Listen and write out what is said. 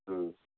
ம்